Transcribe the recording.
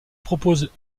propose